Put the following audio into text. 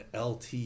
lt